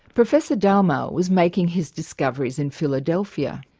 professor dalmau was making his discoveries in philadelphia.